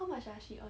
how much ah she earn